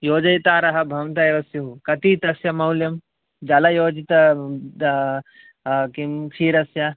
योजयितारः भवन्तः एव स्युः कति तस्य मौल्यं जलयोजित किं क्षीरस्य